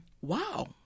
Wow